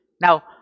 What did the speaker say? Now